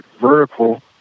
vertical